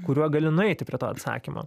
kuriuo gali nueiti prie to atsakymo